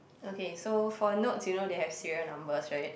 okay so for notes you know they have serial numbers right